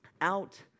Out